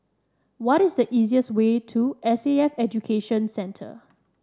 what is the easiest way to S A F Education Centre